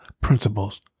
principles